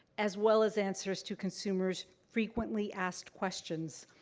as well as answers to consumers' frequently asked questions.